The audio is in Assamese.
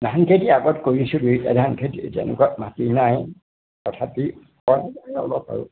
ধানখেতি আগত কৰিছোঁ দুইটা ধানখেতি এতিয়া তেনেকুৱা মাটি নাই তথাপি অলপ আৰু